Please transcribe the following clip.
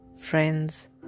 friends